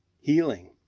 healing